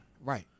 Right